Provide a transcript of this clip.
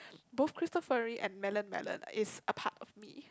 both cristofori and melon melon is a part of me